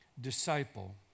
disciple